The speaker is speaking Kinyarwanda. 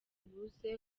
buze